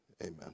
amen